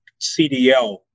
CDL